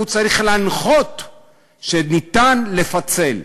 הוא צריך להנחות שניתן לפצל.